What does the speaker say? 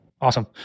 Awesome